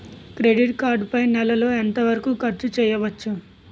Credit card పై నెల లో ఎంత వరకూ ఖర్చు చేయవచ్చు?